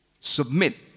Submit